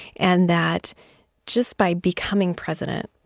and that just by becoming president,